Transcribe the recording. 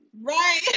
Right